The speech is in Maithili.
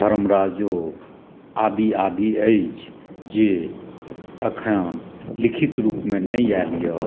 धरम राजो आदि आदि अछि जे अखन लिखित रूपमे नहि आयल यऽ